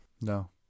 no